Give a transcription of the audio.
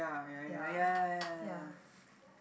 ya ya